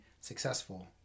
successful